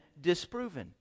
disproven